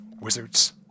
Wizards